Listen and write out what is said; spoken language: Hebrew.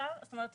זאת אומרת,